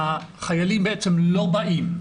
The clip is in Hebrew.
החיילים לא באים,